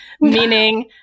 Meaning